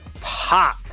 pop